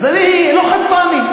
אז אני לא חטפני,